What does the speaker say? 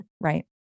Right